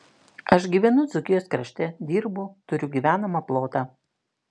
aš gyvenu dzūkijos krašte dirbu turiu gyvenamą plotą